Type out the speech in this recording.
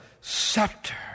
scepter